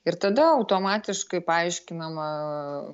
ir tada automatiškai paaiškinama